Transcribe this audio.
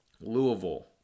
Louisville